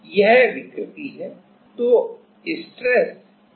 तो stress प्रतिबल stress कितना है